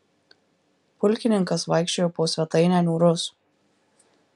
pulkininkas vaikščiojo po svetainę niūrus